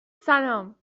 سلام